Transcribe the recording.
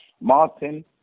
Martin